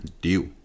Deal